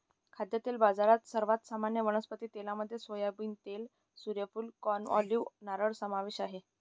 खाद्यतेल बाजारात, सर्वात सामान्य वनस्पती तेलांमध्ये सोयाबीन तेल, सूर्यफूल, कॉर्न, ऑलिव्ह, नारळ समावेश आहे